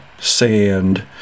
sand